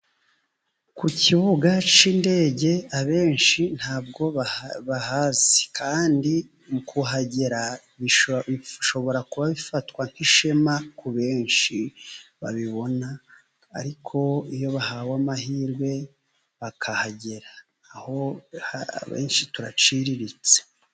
Ku kibuga cy'indege abenshi ntabwo bahazi. Kandi mu kuhagera, bishobora kuba bifatwa nk'ishema kubenshi babibona. Ariko iyo bahawe amahirwe bakahagera, aho abenshi turaciriritse.